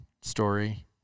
story